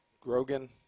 Grogan